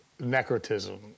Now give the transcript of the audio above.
necrotism